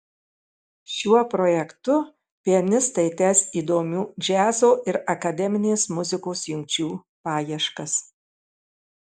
šiuo projektu pianistai tęs įdomių džiazo ir akademinės muzikos jungčių paieškas